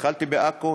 התחלתי בעכו,